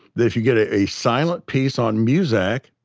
that if you get a silent piece on muzak,